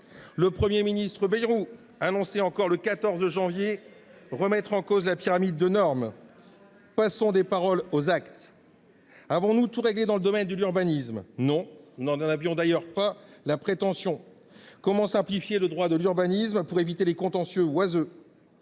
Le Premier ministre Bayrou a annoncé, le 14 janvier dernier, qu’il comptait remettre en cause la pyramide de normes. Passons des paroles aux actes ! Avons nous réglé tous les problèmes dans le domaine de l’urbanisme ? Non. Nous n’en avions d’ailleurs pas la prétention. Comment simplifier le droit de l’urbanisme pour éviter les contentieux oiseux ?